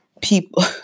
people